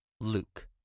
Luke